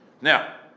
Now